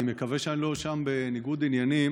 אני מקווה שאני לא בניגוד עניינים.